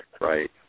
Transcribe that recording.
right